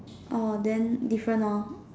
orh then different lor